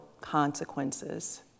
consequences